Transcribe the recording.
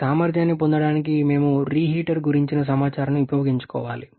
సామర్థ్యాన్ని పొందడానికి మేము రీహీటర్ గురించిన సమాచారాన్ని ఉపయోగించుకోవాలి